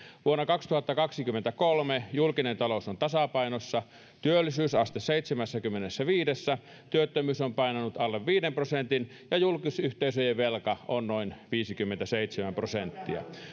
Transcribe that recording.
vuonna kaksituhattakaksikymmentäkolme julkinen talous on tasapainossa työllisyysaste seitsemässäkymmenessäviidessä työttömyys on painunut alle viiden prosentin ja julkisyhteisöjen velka on noin viisikymmentäseitsemän prosenttia